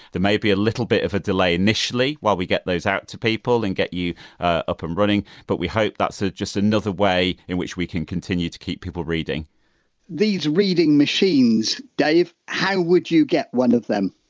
may be a little bit of a delay initially, while we get those out to people and get you ah up and running, but we hope that's ah just another way in which we can continue to keep people reading these reading machines, dave, how would you get one of them?